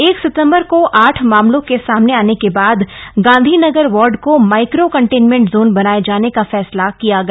एक सितम्बर को आठ मामलों के सामने आने के बाद गांधीनगर वार्ड को माइक्रो कंटेनमेंट जोन बनाये जाने का फैसला किया गया